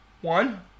One